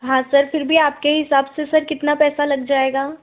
हाँ सर फिर भी आपके हिसाब से सर कितना पैसा लग जाएगा